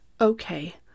Okay